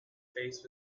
face